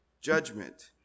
judgment